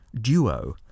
duo